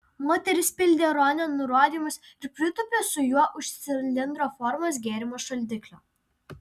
moteris pildė ronio nurodymus ir pritūpė su juo už cilindro formos gėrimų šaldiklio